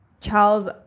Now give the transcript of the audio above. Charles